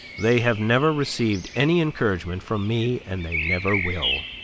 they have never received any encouragement from me and they never will.